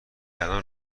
الان